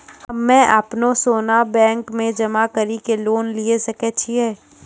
हम्मय अपनो सोना बैंक मे जमा कड़ी के लोन लिये सकय छियै?